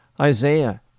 Isaiah